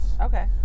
Okay